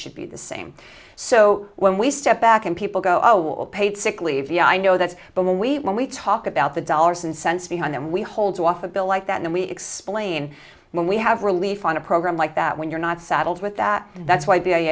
should be the same so when we step back and people go oh all paid sick leave yeah i know that but when we when we talk about the dollars and cents behind them we hold off a bill like that and we explain when we have relief on a program like that when you're not saddled with that and that's why